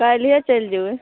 काल्हिये चलि जेबय